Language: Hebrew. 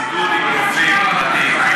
הציבור, כן,